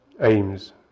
aims